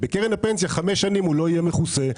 ובקרן הפנסיה חמש שנים הוא לא יהיה מכוסה.